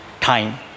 time